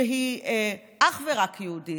שהיא אך ורק יהודית,